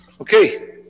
Okay